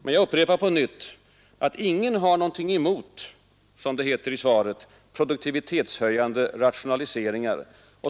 Men jag upprepar på nytt att ingen har någonting emot, som det heter i svaret, produktivitetshöjande rationaliseringar.